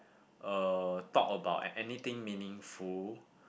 uh talk about a~ anything meaningful